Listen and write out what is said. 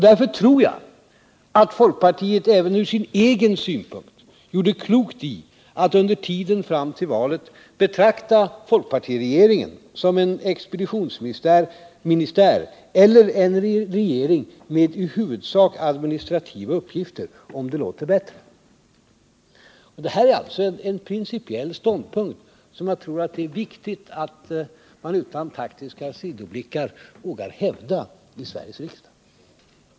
Därför tror jag att folkpartiet även från sin egen synpunkt gjorde klokt i att under tiden fram till valet betrakta folkpartiregeringen som en expeditionsministär, eller en regering med i huvudsak administrativa uppgifter, om det låter bättre. Det här är en principiell ståndpunkt som jag tror det är viktigt att man utan taktiska sidoblickar vågar hävda i Sveriges riksdag.